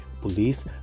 police